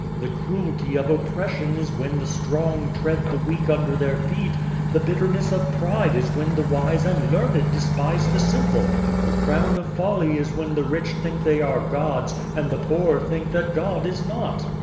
the cruelty of oppression is when the strong tread the weak under their feet the bitterness of pride is when the wise and learned despise the simple the crown of folly is when the rich think they are gods, and the poor think that god is not.